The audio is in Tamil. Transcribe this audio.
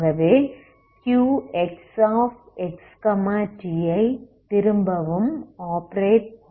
ஆகவே Qxx t ஐ திரும்பவும் ஆப்ரேட்